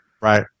Right